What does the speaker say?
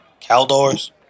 Caldors